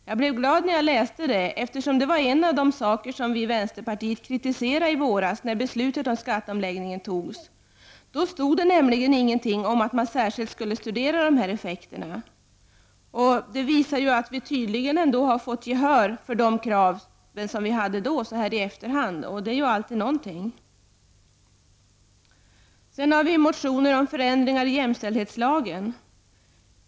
Jag blir glad när jag läser det, eftersom det var en av de saker som vi från vänsterpartiet kritiserade i våras när beslutet om skatteomläggningen fattades. Då stod det nämligen inget om att man särskilt skulle studera skatteomläggningens effekter. Det visar att vi tydligen ändå har fått gehör för våra krav så här i efterhand, och det är ju alltid något. Vidare har vi en motion om förändringar i jämställdhetslagen.